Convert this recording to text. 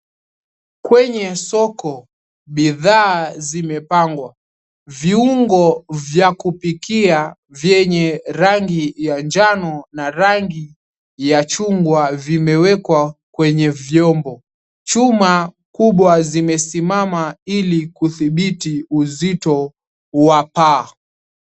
Kwenye soko bidhaa zimepangwa viungo vya kupikia vyenye rangia ya njano na chungwa vimewekwa kwenye viombo chuma nkubwa zimesimama ili kudhibiti uzito wa paa.